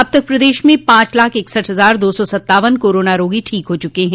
अब तक प्रदेश में पांच लाख इकसठ हजार दो सौ सत्तावन कोरोना रोगी ठीक हो चुके हैं